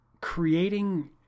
creating